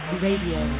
radio